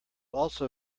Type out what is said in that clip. also